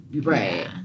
Right